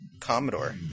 Commodore